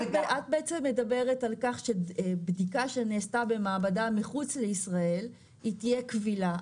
את בעצם מדברת על כך שבדיקה שנעשתה במעבדה מחוץ לישראל תהיה קבילה.